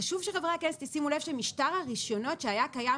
חשוב שחברי הכנסת ישימו לב שמשטר הרשיונות שהיה קיים